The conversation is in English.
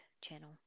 channel